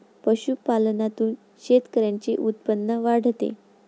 पशुपालनातून शेतकऱ्यांचे उत्पन्न वाढते